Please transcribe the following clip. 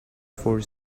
for